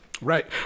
Right